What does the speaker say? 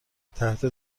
تحت